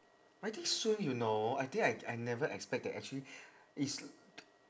I think soon you know I think I I never expect that actually is